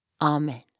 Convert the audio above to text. Amen